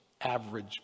average